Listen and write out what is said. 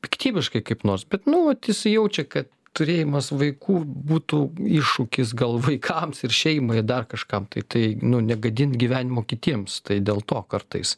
piktybiškai kaip nors bet nu vat jaučia kad turėjimas vaikų būtų iššūkis gal vaikams ir šeimai ar dar kažkam tai tai nu negadint gyvenimo kitiems tai dėl to kartais